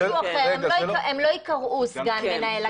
הם לא ייקראו סגן מנהל אגף,